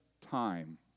time